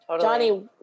Johnny